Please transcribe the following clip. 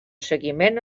seguiment